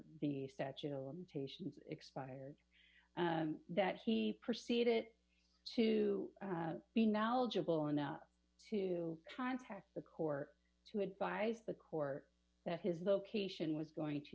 the statute of limitations expired that he proceeded it to be knowledgeable enough to contact the court to advise the court that his vocation was going to